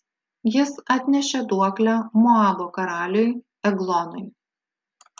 jis atnešė duoklę moabo karaliui eglonui